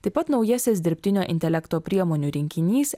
taip pat naujasis dirbtinio intelekto priemonių rinkinys